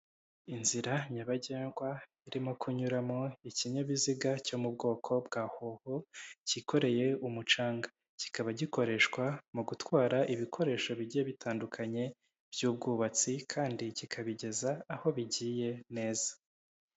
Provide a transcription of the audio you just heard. Inzira nyabagendwa irimo kunyuramo ikinyabiziga cyo mu bwoko bwa hoho kikoreye umucanga, kikaba gikoreshwa mu gutwara ibikoresho bigiye bitandukanye by'ubwubatsi kandi kikabigeza aho bigiye neza.